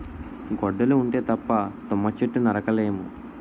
గొడ్డలి ఉంటే తప్ప తుమ్మ చెట్టు నరక లేము